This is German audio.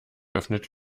öffnet